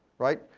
right?